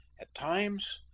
at times,